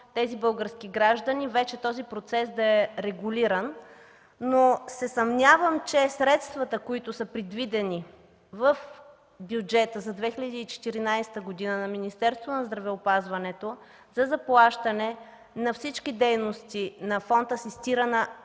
тези български граждани, вече този процес да е регулиран, но се съмнявам, че средствата, които са предвидени в бюджета за 2014 г. на Министерството на здравеопазването за заплащане на всички дейности на Фонд „Асистирана